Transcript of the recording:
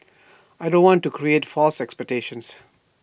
I don't want to create false expectations